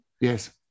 Yes